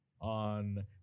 on